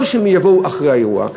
לא שהם יבואו אחרי האירוע,